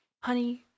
honey